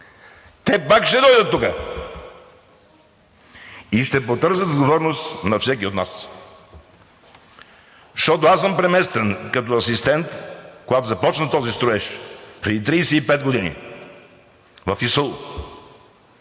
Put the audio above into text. те пак ще дойдат тук и ще потърсят отговорност на всеки от нас. Защото аз съм преместен, като асистент, когато започна този строеж – преди 35 години, в ИСУЛ.